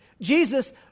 Jesus